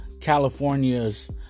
California's